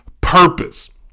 purpose